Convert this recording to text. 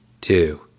two